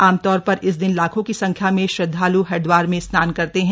आमतौर पर इस दिन लाखों की संख्या में श्रद्धाल् हरिद्वार में स्नान करते हैं